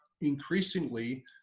increasingly